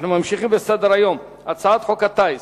אנחנו ממשיכים בסדר-היום: הצעת חוק הטיס,